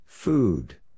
Food